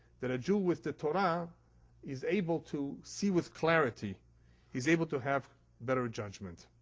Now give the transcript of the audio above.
that a jew with the torah is able to see with clarity. he is able to have better judgement.